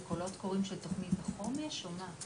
אלה קולות קוראים של תוכנית החומש או מה?